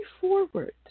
forward